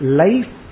life